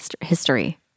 history